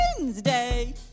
Wednesday